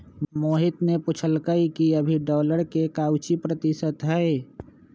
मोहित ने पूछल कई कि अभी डॉलर के काउची प्रतिशत है?